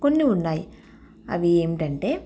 కొన్ని ఉన్నాయి అవి ఏంటంటే